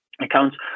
accounts